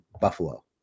Buffalo